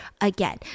again